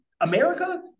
America